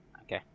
Okay